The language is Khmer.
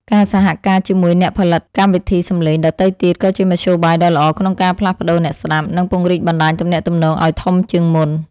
ការសហការជាមួយអ្នកផលិតកម្មវិធីសំឡេងដទៃទៀតក៏ជាមធ្យោបាយដ៏ល្អក្នុងការផ្លាស់ប្តូរអ្នកស្តាប់ និងពង្រីកបណ្តាញទំនាក់ទំនងឱ្យធំជាងមុន។